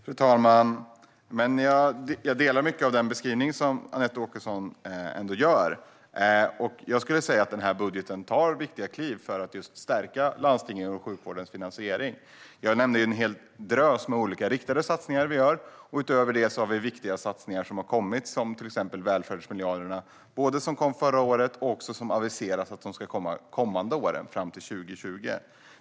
Fru talman! Jag instämmer mycket i Anette Åkessons beskrivning. Budgeten tar viktiga kliv för att stärka landstingen och finansieringen av sjukvården. Jag nämnde en hel drös av olika riktade satsningar. Utöver det finns viktiga satsningar som har tillkommit, till exempel välfärdsmiljarderna. De kom förra året, och det har aviserats att de ska komma under kommande år fram till 2020.